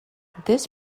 this